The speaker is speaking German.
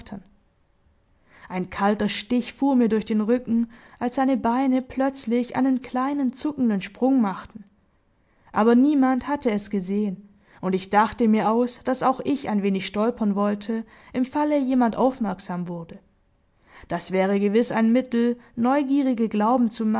ein kalter stich fuhr mir durch den rücken als seine beine plötzlich einen kleinen zuckenden sprung machten aber niemand hatte es gesehen und ich dachte mir aus daß auch ich ein wenig stolpern wollte im falle jemand aufmerksam wurde das wäre gewiß ein mittel neugierige glauben zu